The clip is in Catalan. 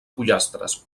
pollastres